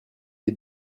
les